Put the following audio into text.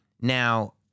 Now